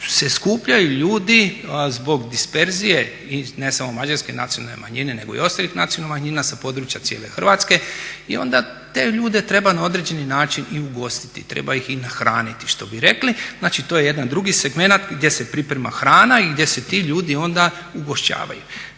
se skupljaju ljudi zbog disperzije, ne samo mađarske nacionalne manjine nego i ostalih nacionalnih manjina sa područja cijele Hrvatske, i onda te ljude treba na određeni način i ugostiti, treba ih i nahraniti što bi rekli. znači, to je jedan drugi segment gdje se priprema hrana i gdje se ti ljudi onda ugošćavaju.